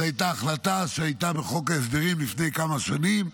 זאת הייתה החלטה שהייתה בחוק ההסדרים לפני כמה שנים.